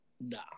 Nah